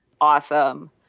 Awesome